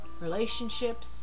relationships